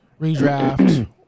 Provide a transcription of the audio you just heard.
redraft